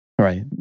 Right